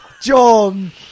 john